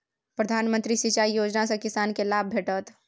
प्रधानमंत्री सिंचाई योजना सँ किसानकेँ लाभ भेटत